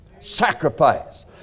sacrifice